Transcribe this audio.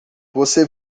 você